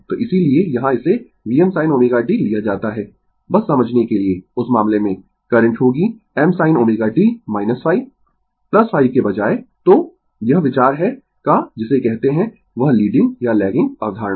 तो इसीलिए यहाँ इसे Vm sin ω t लिया जाता है बस समझने के लिए उस मामले में करंट होगी m sin ω t -ϕ ϕ के बजाय तो यह विचार है का जिसे कहते है वह लीडिंग या लैगिंग अवधारणा